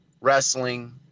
wrestling